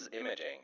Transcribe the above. imaging